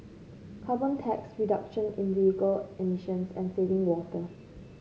carbon tax reduction in vehicle emissions and saving water